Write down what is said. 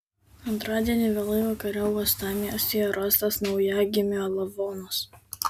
antradienį vėlai vakare uostamiestyje rastas naujagimio lavonas